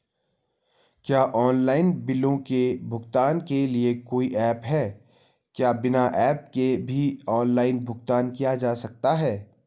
क्या ऑनलाइन बिलों के भुगतान के लिए कोई ऐप है क्या बिना ऐप के भी ऑनलाइन भुगतान किया जा सकता है?